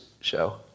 show